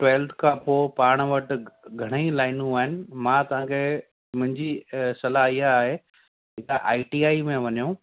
twelfth खां पोइ पाण वटि घणेईं लाइनूं आहिनि मां तव्हांखे मुंहिंजी सलाहु हीअ आहे की तव्हां आई टी आई में वञो